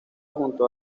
junto